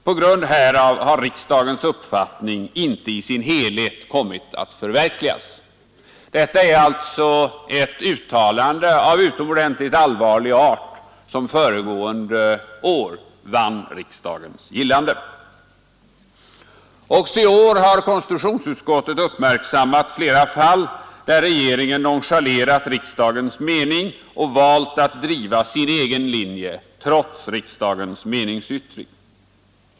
På grund härav har riksdagens uppfattning inte i sin helhet kommit att förverkligas.” Detta är alltså ett uttalande av utomordentligt allvarlig art, som föregående år vann riksdagens gillande. Också i år har konstitutionsutskottet uppmärksammat flera fall där regeringen nonchalerat riksdagens mening och valt att driva sin egen linje, trots riksdagens meningsyttring.